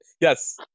yes